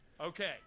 Okay